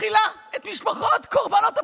מכילה את משפחות קורבנות הפיגועים,